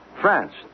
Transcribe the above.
France